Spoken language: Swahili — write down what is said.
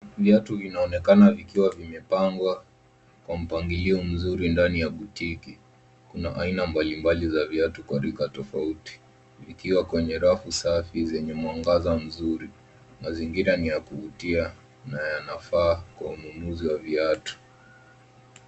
Viatu vinaonekana vikiwa vimepangwa kwa mpangilio mzuri ndani ya botiki, kuna aina mbalimbali za viatu kwa rika tofauti vikiwa kwenye rafu safi zenye mwangaza mzuri. Mazingira ni ya kuvutia na yanafaa kwa ununuzi wa viatu.